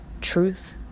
truth